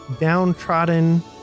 downtrodden